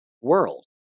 world